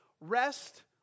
Rest